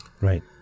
right